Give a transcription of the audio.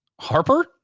Harper